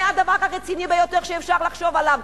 זה הדבר הרציני ביותר אפשר לחשוב עליו?